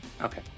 Okay